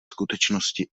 skutečnosti